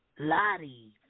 Lottie